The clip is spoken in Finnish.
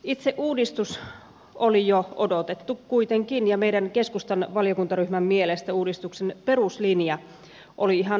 itse uudistus oli jo odotettu kuitenkin ja meidän keskustan valiokuntaryhmän mielestä uudistuksen peruslinja oli ihan oikeansuuntainen